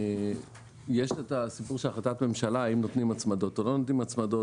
יש החלטת ממשלה האם נותנים הצמדות או לא נותנים הצמדות.